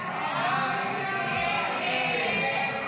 הצבעה.